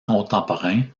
contemporain